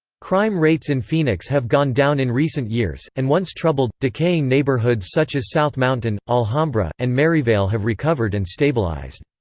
crime rates in phoenix have gone down in recent years, and once troubled, decaying neighborhoods such as south mountain, alhambra, and maryvale have recovered and stabilized.